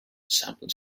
sample